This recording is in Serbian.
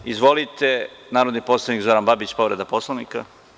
Reč ima narodni poslanik Zoran Babić, povreda Poslovnika.